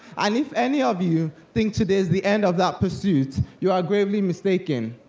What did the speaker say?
and if any of you think today's the end of that pursuit, you are gravely mistaken.